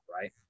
right